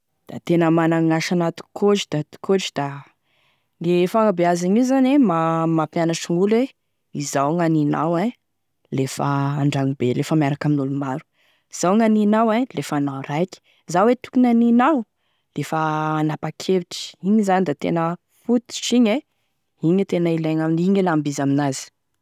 Da tena managny asany atokotry datikotry ka, e fanabeazana io zany e mampianatry gn'olo hoe izao gn'aninao e lefa andragnobe lefa miaraka amin'ny olo maro, izao gn'aninao lefa anao raiky, izao e tokony haninao, lefa hanapakevitry, igny zany da tena fototry igny e, igny e tena ilaigny, igny e tena lamby izy amin'azy.